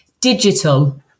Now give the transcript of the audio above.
Digital